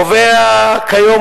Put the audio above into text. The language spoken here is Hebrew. קובע כיום,